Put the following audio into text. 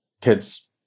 kids